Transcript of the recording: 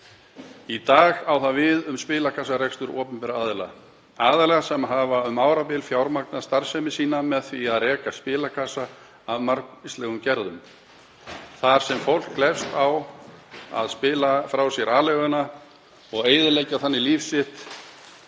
Í dag á það við um spilakassarekstur opinberra aðila, sem hafa um árabil fjármagnað starfsemi sína með því að reka spilakassa af margvíslegum gerðum þar sem fólk lætur glepjast og spilar frá sér aleiguna og eyðileggur þannig líf sitt